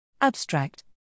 Abstract